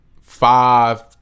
five